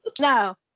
No